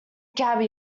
gabby